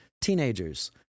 teenagers